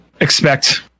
expect